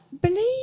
Believe